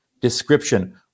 description